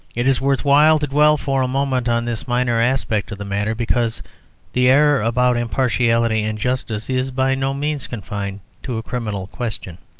it is worth while to dwell for a moment on this minor aspect of the matter because the error about impartiality and justice is by no means confined to a criminal question.